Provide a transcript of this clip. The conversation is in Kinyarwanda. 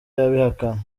abihakana